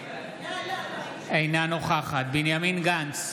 אינה נוכחת בנימין גנץ,